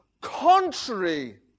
contrary